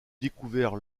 découvert